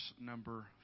number